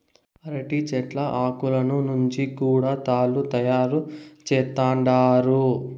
అరటి చెట్ల ఆకులను నుంచి కూడా తాళ్ళు తయారు చేత్తండారు